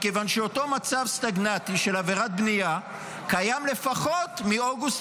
מכיוון שאותו מצב סטגנטי של עבירת בנייה קיים לפחות מאוגוסט